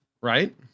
right